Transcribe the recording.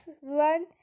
one